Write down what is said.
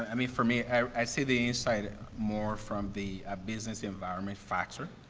i mean, for me, i, i see the insight more from the business environment factor.